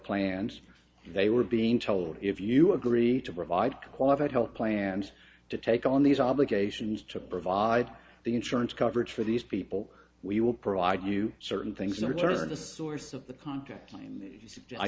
plans they were being told if you agreed to provide qualified health plans to take on these obligations to provide the insurance coverage for these people we will provide you certain things in return the source of the content